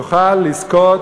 יוכל לזכות